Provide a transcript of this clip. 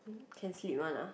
can sleep one ah